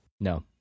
No